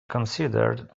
considered